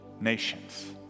nations